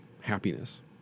happiness